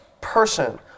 person